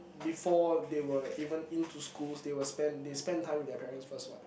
before they were even in to school they will spend they spend time with their parents first what